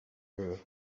her